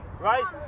right